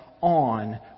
on